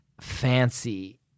fancy